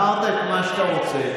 אמרת את מה שאתה רוצה.